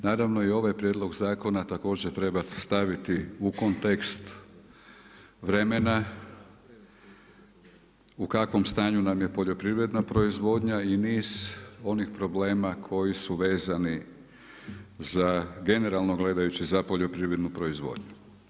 Naravno i ovaj Prijedlog zakona treba staviti u kontekst vremena u kakvom stanju nam je poljoprivredna proizvodnja i niz onih problema koji su vezani za generalno gledajući za poljoprivrednu proizvodnju.